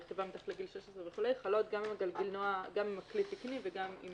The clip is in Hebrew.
רכיבה מתחת לגיל 16 וכו' חלות גם אם הכלי תקני וגם אם לא.